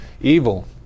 Evil